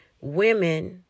women